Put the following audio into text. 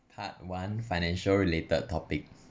part one financial related topics